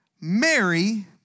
Mary